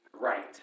right